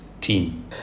team